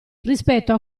rispetto